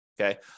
okay